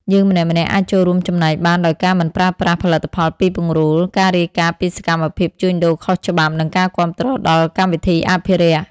យើងម្នាក់ៗអាចចូលរួមចំណែកបានដោយការមិនប្រើប្រាស់ផលិតផលពីពង្រូល ការរាយការណ៍ពីសកម្មភាពជួញដូរខុសច្បាប់ និងការគាំទ្រដល់កម្មវិធីអភិរក្ស។